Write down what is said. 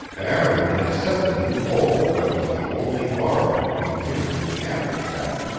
aaron had set the new bolt that was the only bar between him and the after cabin,